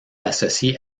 associés